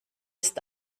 ist